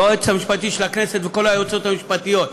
היועץ המשפטי של הכנסת וכל היועצות המשפטיות.